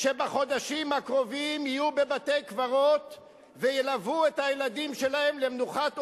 שבחודשים הקרובים יהיו בבתי-קרבות וילוו את הילדים שלהן למנוחת עולמים,